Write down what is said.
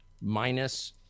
minus